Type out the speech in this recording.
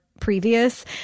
Previous